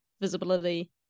visibility